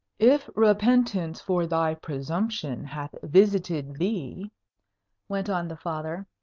if repentance for thy presumption hath visited thee went on the father.